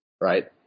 Right